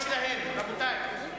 האישיות שלו מפה ועד לסוף התקציב.